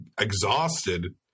exhausted